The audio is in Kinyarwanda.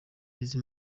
izi